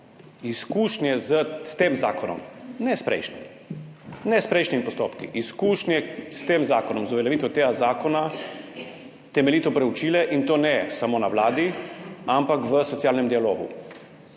izkušnje s tem zakonom, ne s prejšnjim, ne s prejšnjimi postopki, izkušnje s tem zakonom, z uveljavitvijo tega zakona temeljito preučile, in to ne samo na Vladi, ampak v socialnem dialogu.